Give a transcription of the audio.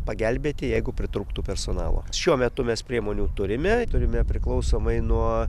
pagelbėti jeigu pritrūktų personalo šiuo metu mes priemonių turime turime priklausomai nuo